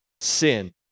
sin